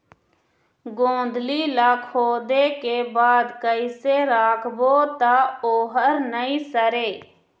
गोंदली ला खोदे के बाद कइसे राखबो त ओहर नई सरे?